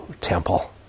temple